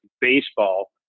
baseball